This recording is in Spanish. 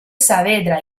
saavedra